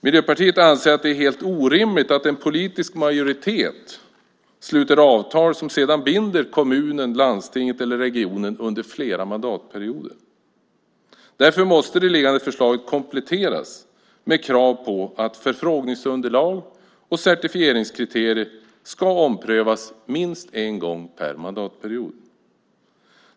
Miljöpartiet anser att det är helt orimligt att en politisk majoritet sluter avtal som sedan binder kommunen, landstinget eller regionen under flera mandatperioder. Därför måste det liggande förslaget kompletteras med krav på att förfrågningsunderlag och certifieringskriterier ska omprövas minst en gång per mandatperiod.